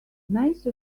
nice